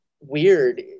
Weird